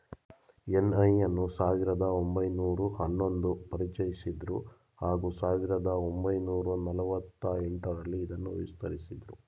NI ಅನ್ನು ಸಾವಿರದ ಒಂಬೈನೂರ ಹನ್ನೊಂದು ಪರಿಚಯಿಸಿದ್ರು ಹಾಗೂ ಸಾವಿರದ ಒಂಬೈನೂರ ನಲವತ್ತ ಎಂಟರಲ್ಲಿ ಇದನ್ನು ವಿಸ್ತರಿಸಿದ್ರು